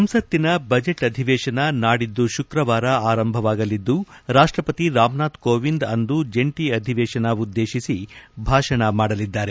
ಸಂಸತ್ತಿನ ಬಜೆಟ್ ಅಧಿವೇಶನ ನಾಡಿದ್ದು ಶುಕ್ರವಾರ ಆರಂಭವಾಗಲಿದ್ದು ರಾಷ್ಟಪತಿ ರಾಮನಾಥ್ ಕೋವಿಂದ್ ಅಂದು ಜಂಟಿ ಅಧಿವೇಶನ ಉದ್ದೇಶಿಸಿ ಭಾಷಣ ಮಾಡಲಿದ್ದಾರೆ